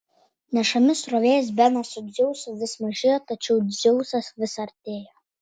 nešami srovės benas su dzeusu vis mažėjo tačiau dzeusas vis artėjo